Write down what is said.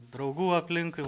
draugų aplinkui